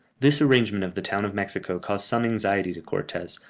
this arrangement of the town of mexico caused some anxiety to cortes,